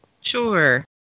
Sure